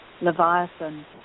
Leviathan